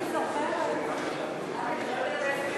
ש"ס לאחרי סעיף 1 לא נתקבלה.